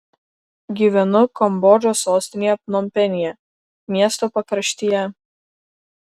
gyvenu kambodžos sostinėje pnompenyje miesto pakraštyje